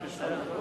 אני נרשם ראשון